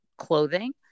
clothing